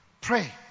Pray